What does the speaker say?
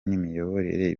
n’imiyoborere